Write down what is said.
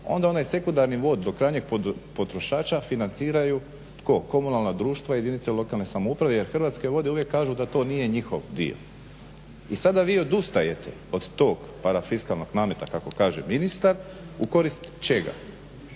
onda onaj sekundarni vod do krajnjeg potrošača financiraju, tko, komunalna društva i jedinice lokalne samouprave jer Hrvatske vode uvijek kažu da to nije njihov dio. I sada vi odustajete od tog parafiskalnog nameta kako kaže ministar u korist čega?